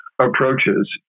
approaches